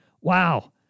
Wow